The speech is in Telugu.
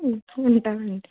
ఉంటాను అండి